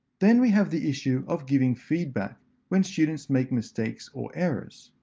then we have the issue of giving feedback when students make mistakes or errors.